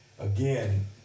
again